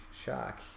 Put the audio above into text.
shock